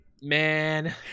man